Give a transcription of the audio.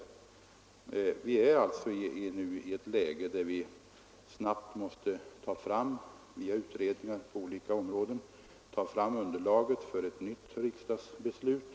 Vi befinner oss alltså nu i ett läge där vi snabbt måste ta fram, via utredningar på olika områden, underlag för ett nytt riksdagsbeslut.